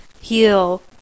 heal